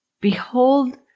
Behold